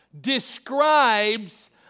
describes